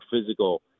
physical